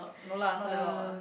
no lah not that loud ah